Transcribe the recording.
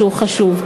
שהוא חשוב.